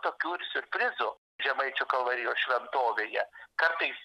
tokių ir siurprizų žemaičių kalvarijos šventovėje kartais